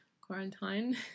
quarantine